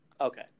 Okay